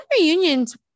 reunions